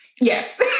Yes